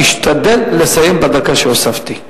תשתדל לסיים בדקה שהוספתי.